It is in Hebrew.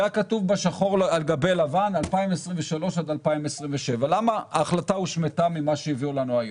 שהיה כתוב בה שחור על גבי לבן 2027-2023. למה ההחלטה הושמטה ממה שהביאו לנו היום?